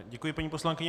Děkuji, paní poslankyně.